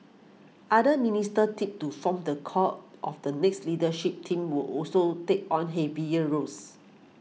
other ministers tipped to form the core of the next leadership team will also take on heavier roles